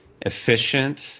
efficient